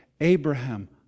Abraham